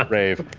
um rave.